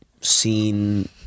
seen